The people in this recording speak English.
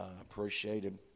appreciated